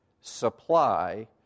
supply